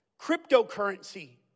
cryptocurrency